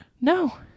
no